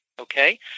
okay